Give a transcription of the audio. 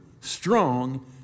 strong